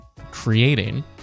creating